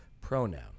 pronoun